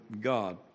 God